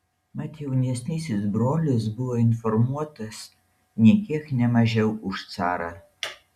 mat jaunesnysis brolis buvo informuotas nė kiek ne mažiau už carą